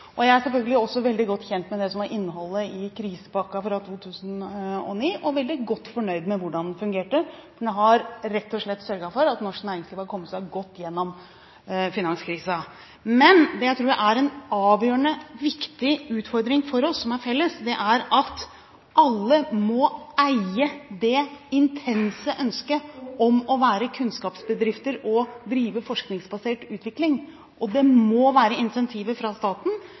plass. Jeg er selvfølgelig også veldig godt kjent med det som var innholdet i krisepakken fra 2009, og veldig godt fornøyd med hvordan den fungerte. Den har rett og slett sørget for at norsk næringsliv har kommet seg godt gjennom finanskrisen. Men det jeg tror er en avgjørende viktig utfordring for oss, som er felles, er at alle må eie det intense ønsket om å være kunnskapsbedrifter og drive forskningsbasert utvikling. Det må være incentiver fra staten,